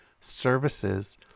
services